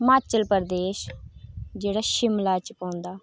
हिमाचल प्रदेश जेह्ड़ा शिमला च पौंदा